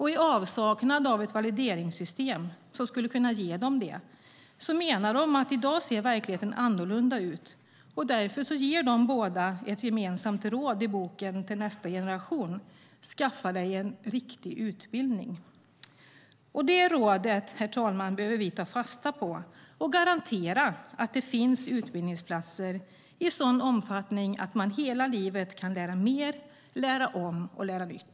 I avsaknad av ett valideringssystem som skulle kunna ge dem det menar de att verkligheten i dag ser annorlunda ut. Därför ger de båda ett gemensamt råd i boken till nästa generation: Skaffa dig en riktig utbildning. Herr talman! Det rådet behöver vi ta fasta på, och vi ska garantera att det finns utbildningsplatser i sådan omfattning att man kan lära mer, lära om och lära nytt!